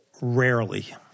Rarely